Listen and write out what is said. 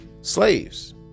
Slaves